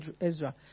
Ezra